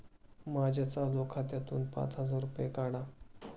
माझ्या चालू खात्यातून पाच हजार रुपये काढा